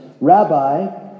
Rabbi